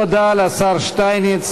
תודה לשר שטייניץ.